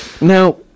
Now